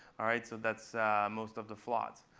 all right, so that's most of the floods.